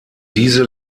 diese